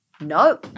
no